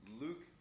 Luke